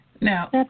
Now